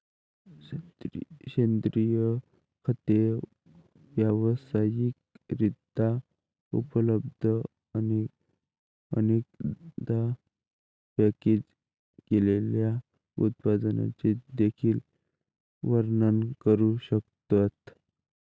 सेंद्रिय खते व्यावसायिक रित्या उपलब्ध, अनेकदा पॅकेज केलेल्या उत्पादनांचे देखील वर्णन करू शकतात